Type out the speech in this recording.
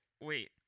wait